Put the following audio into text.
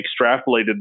extrapolated